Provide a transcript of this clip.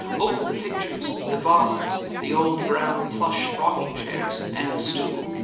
over the pictures, the vases, the old brown plush rocking-chairs and the stool,